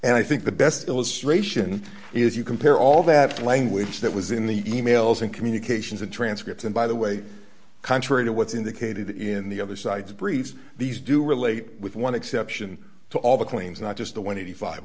and i think the best illustration is you compare all that language that was in the emails and communications and transcripts and by the way contrary to what's indicated in the other side's briefs these do relate with one exception to all the claims not just the one